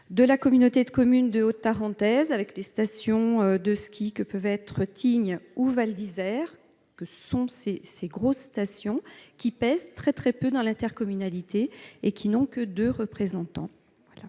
de la communauté de communes de Haute Tarentaise avec des stations de ski que peuvent être Tignes ou Val-d'Isère que sont ces ces grosses stations qui pèse très très peu dans l'intercommunalité et qui n'ont que 2 représentants